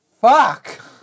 Fuck